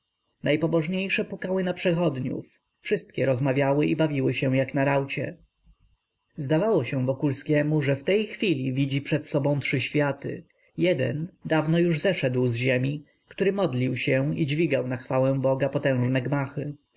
najpobożniejsze pukały na przechodniów wszystkie rozmawiały i bawiły się jak na raucie zdawało się wokulskiemu że w tej chwili widzi przed sobą trzy światy jeden dawno już zeszedł z ziemi który modlił się i dźwigał na chwałę boga potężne gmachy